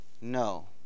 No